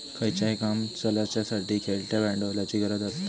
खयचाय काम चलाच्यासाठी खेळत्या भांडवलाची गरज आसता